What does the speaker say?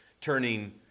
turning